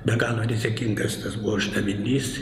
be galo rizikingas tas buvo uždavinys